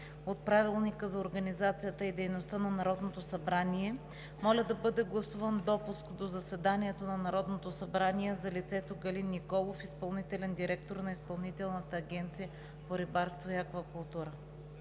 от Правилника за организацията и дейността на Народното събрание моля да бъде гласуван допуск до заседанието на Народно събрание за лицето Галин Николов – изпълнителен директор на Изпълнителната агенция по рибарство и аквакултури.